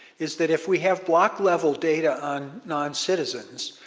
is that if we have block level data on noncitizens,